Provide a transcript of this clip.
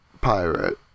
pirate